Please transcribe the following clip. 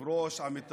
אל-ארד